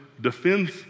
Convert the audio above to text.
defends